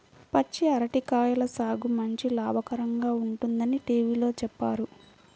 పచ్చి అరటి కాయల సాగు మంచి లాభకరంగా ఉంటుందని టీవీలో చెప్పారు